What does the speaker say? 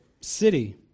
city